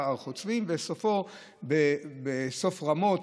וסופו בסוף רמות,